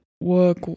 work